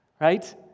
right